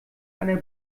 einer